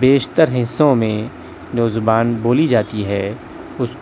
بیشتر حصوں میں جو زبان بولی جاتی ہے اس